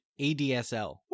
ADSL